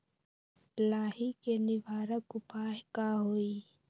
लाही के निवारक उपाय का होई?